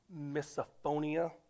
Misophonia